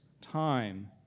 time